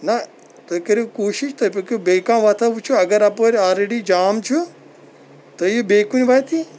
نہ تُہۍ کٔرِو کوٗشِش تُہۍ پٔکِو بیٚیہِ کانٛہہ واتھاہ وٕچھُو اگر اَپٲرۍ آررٔڈی جام چھُ تُہۍ یِیِو بیٚیہِ کُنہِ وَتہِ